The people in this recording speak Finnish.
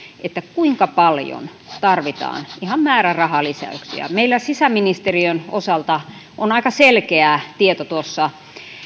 kuinka paljon tarvitaan ihan määrärahalisäyksiä meillä sisäministeriön osalta on aika selkeä tieto tuossa